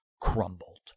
crumbled